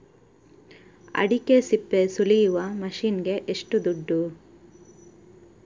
ಅಡಿಕೆ ಸಿಪ್ಪೆ ಸುಲಿಯುವ ಮಷೀನ್ ಗೆ ಏಷ್ಟು ದುಡ್ಡು?